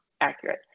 accurate